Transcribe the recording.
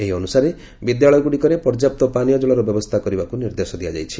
ଏହା ଅନୁସାରେ ବିଦ୍ୟାଳୟଗୁଡ଼ିକରେ ପର୍ଯ୍ୟାପ୍ତ ପାନୀୟ ଜଳର ବ୍ୟବସ୍ରା କରିବାକୁ ନିର୍ଦ୍ଦେଶ ଦିଆଯାଇଛି